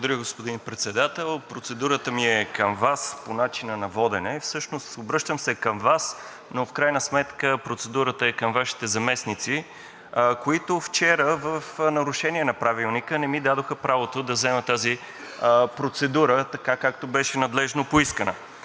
Благодаря, господин Председател. Процедурата ми е към Вас, по начина на водене. Всъщност обръщам се към Вас, но в крайна сметка процедурата е към Вашите заместници, които вчера в нарушение на Правилника не ми дадоха правото да взема тази процедура, така както беше надлежно поискана.